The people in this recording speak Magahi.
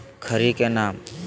खड़ी के नाम?